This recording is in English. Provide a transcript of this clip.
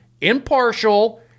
impartial